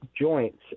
joints